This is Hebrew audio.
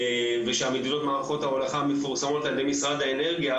ושהמדידות במערכות ההולכה מפורסמות על ידי משרד האנרגיה